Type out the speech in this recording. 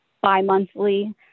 bi-monthly